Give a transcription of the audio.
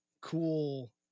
cool